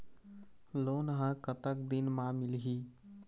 Loan ह कतक दिन मा मिलही?